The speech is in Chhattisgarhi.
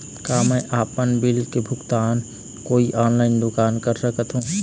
का मैं आपमन बिल के भुगतान कोई ऑनलाइन दुकान कर सकथों?